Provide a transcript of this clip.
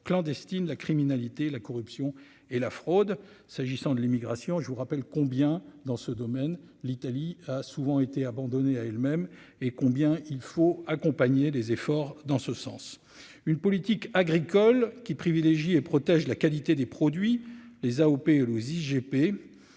clandestine, la criminalité et la corruption et la fraude s'agissant de l'immigration, je vous rappelle combien dans ce domaine, l'Italie a souvent été abandonnées à elles-mêmes et combien il faut accompagner les efforts dans ce sens, une politique agricole qui privilégie et protège la qualité des produits, les AOP, les IGP,